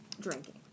Drinking